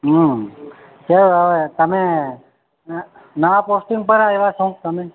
હા સર હવે તમે નવા પોસ્ટિંગ પર આવ્યા છો તમે